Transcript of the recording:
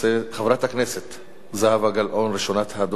חברת הכנסת זהבה גלאון, ראשונת הדוברים.